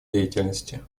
деятельности